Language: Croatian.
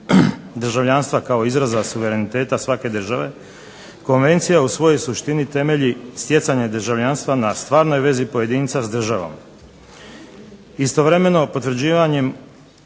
državljanstva kao izraza suvereniteta svake države Konvencija u svojoj suštini temelji stjecanje državljanstva na stvarnoj vezi pojedinca s državom. Istovremeno, potvrđivanjem